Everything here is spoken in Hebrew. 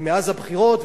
מאז הבחירות,